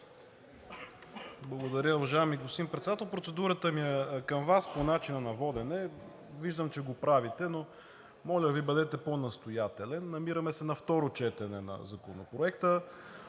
Благодаря, уважаеми господин Председател. Процедурата ми е към Вас по начина на водене. Виждам, че го правите, но моля Ви, бъдете по настоятелен – намираме се на второ четене на Законопроекта.